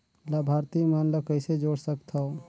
लाभार्थी मन ल कइसे जोड़ सकथव?